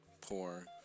poor